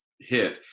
hit